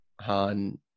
Han